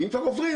ואם כבר עוברים,